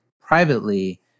privately